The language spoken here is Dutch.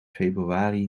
februari